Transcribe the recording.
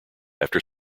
after